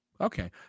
Okay